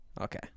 Okay